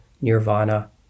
nirvana